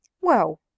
Well